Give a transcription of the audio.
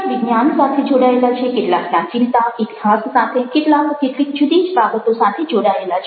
કેટલાક વિજ્ઞાન સાથે જોડાયેલા છે કેટલાક પ્રાચીનતા ઇતિહાસ સાથે કેટલાક કેટલીક જુદી જ બાબતો સાથે જોડાયેલા છે